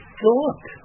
thought